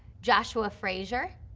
joshua frazier,